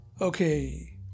Okay